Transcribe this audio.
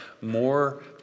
more